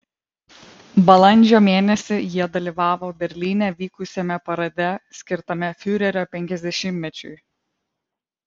balandžio mėnesį jie dalyvavo berlyne vykusiame parade skirtame fiurerio penkiasdešimtmečiui